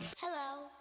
Hello